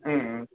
ம்